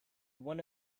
one